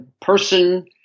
person